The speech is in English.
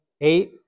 eight